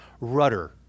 rudder